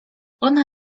ona